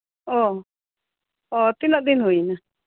ᱚᱼᱚ ᱛᱤᱱᱟᱹᱜ ᱫᱤᱱ ᱦᱩᱭ ᱮᱱᱟ